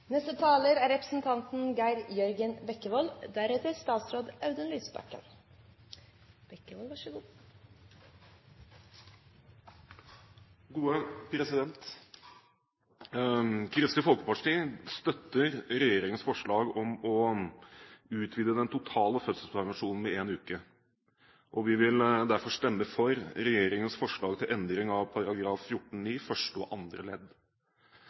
Kristelig Folkeparti støtter regjeringens forslag om å utvide den totale fødselspermisjonen med én uke. Vi vil derfor stemme for regjeringens forslag til endring av § 14-9 første og andre ledd.